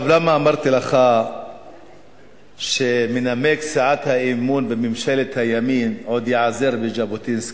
למה אמרתי לך שמנמק הצעת האי-אמון בממשלת הימין עוד ייעזר בז'בוטינסקי?